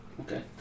Okay